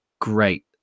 great